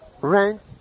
Rent